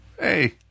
Hey